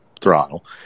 throttle